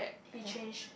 he changed